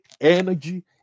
energy